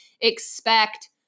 expect